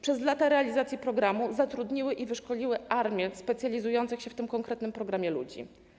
Przez lata realizacji programu zatrudniły i wyszkoliły armię specjalizujących się w tym konkretnym programie ludzi.